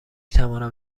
توانم